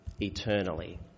eternally